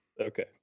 Okay